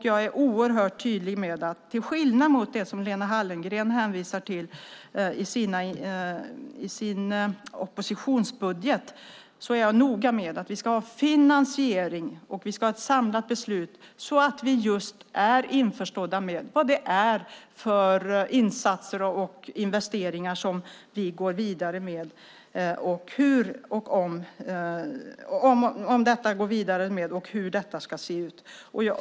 Jag är oerhört tydlig och noga med, till skillnad mot det som Lena Hallengren hänvisar till i oppositionsbudgeten, att vi ska ha en finansiering och ett samlat beslut så att vi är införstådda med vad det är för insatser och investeringar som vi går vidare med och hur detta ska se ut.